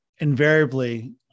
Invariably